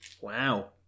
Wow